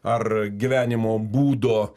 ar gyvenimo būdo